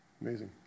Amazing